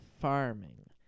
farming